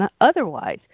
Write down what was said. otherwise